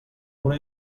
una